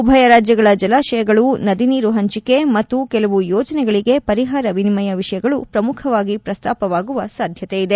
ಉಭಯ ರಾಜ್ಯಗಳ ಜಲಾಶಯಗಳು ನದಿ ನೀರು ಹಂಚಿಕೆ ಮತ್ತು ಕೆಲವು ಯೋಜನೆಗಳಗೆ ಪರಿಹಾರ ವಿನಿಮಯ ವಿಷಯಗಳು ಪ್ರಮುಖವಾಗಿ ಪ್ರಸ್ನಾಪವಾಗುವ ಸಾಧ್ಯತೆಯಿದೆ